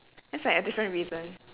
that's like a different reason